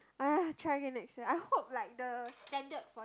!aiya! try again next year I hope like the standard for